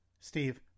Steve